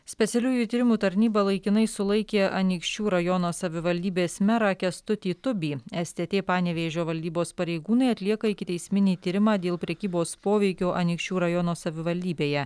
specialiųjų tyrimų tarnyba laikinai sulaikė anykščių rajono savivaldybės merą kęstutį tubį stt panevėžio valdybos pareigūnai atlieka ikiteisminį tyrimą dėl prekybos poveikiu anykščių rajono savivaldybėje